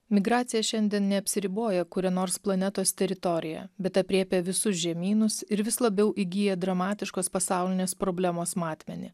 migracija šiandien neapsiriboja kuria nors planetos teritorija bet aprėpia visus žemynus ir vis labiau įgyja dramatiškos pasaulinės problemos matmenį